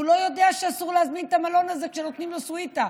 הוא לא יודע שאסור להזמין את המלון הזה כשנותנים לו סוויטה.